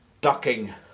Ducking